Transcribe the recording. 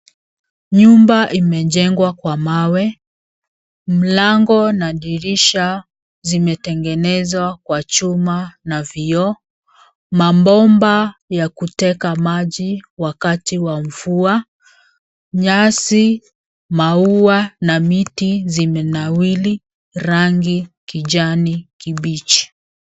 Nyumba ime jengwa kwa mawe, mlango na dirisha zimetengenzwa kwa chuma na vioo. Mabomba yaku teka maji wakati wa mvua. Nyasi, maua na miti zimenawiri rangi kijani kibichi.